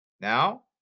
Now